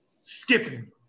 skipping